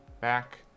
back